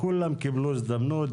כולם קיבלו הזדמנות,